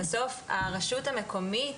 בסוף הרשות המקומית,